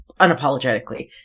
unapologetically